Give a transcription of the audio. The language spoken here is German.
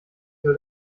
soll